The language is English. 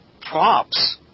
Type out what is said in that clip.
props